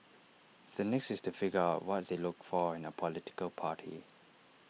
the next is to figure out what they looked for in A political party